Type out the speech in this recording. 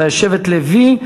זה היה שבט לוי,